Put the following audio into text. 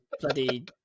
bloody